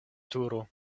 turo